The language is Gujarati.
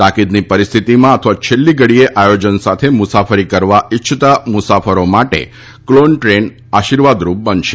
તાકીદની પરિસ્થિતિમાં અથવા છેલ્લી ઘડીએ આયોજન સાથે મુસાફરી કરવા ઈચ્છતા મુસાફરો માટે ક્લોન ટ્રેન આશિર્વાદરૂપ બનશે